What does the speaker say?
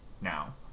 now